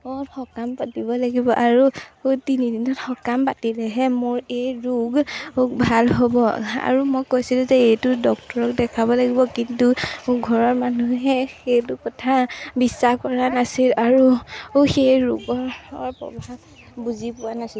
অত সকাম পাতিব লাগিব আৰু তিনিদিনত সকাম পাতিলেহে মোৰ এই ৰোগ ভাল হ'ব আৰু মই কৈছিলোঁ যে এইটো ডক্টৰক দেখাব লাগিব কিন্তু ঘৰৰ মানুহে সেইটো কথা বিশ্বাস কৰা নাছিল আৰু সেই ৰোগৰ প্ৰভাৱ বুজি পোৱা নাছিল